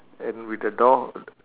and with the door